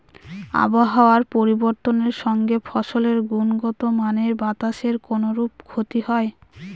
আবহাওয়ার পরিবর্তনের সঙ্গে ফসলের গুণগতমানের বাতাসের কোনরূপ ক্ষতি হয়?